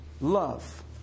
love